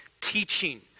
teaching